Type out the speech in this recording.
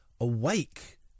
awake